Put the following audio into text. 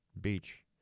Beach